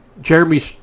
Jeremy